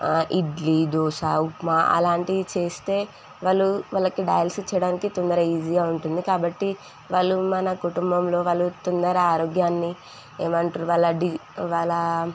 ఇడ్లీ దోశ ఉప్మా అలాంటివి చేస్తే వాళ్ళు వాళ్ళకి డయాల్సిస్ చేయడానికి తొందర ఈజీగా ఉంటుంది కాబట్టి వాళ్ళు మన కుటుంబంలో వాళ్ళు తొందర ఆరోగ్యాన్ని ఏమంటరు వాళ్ళ డి వాళ్ళా